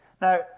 Now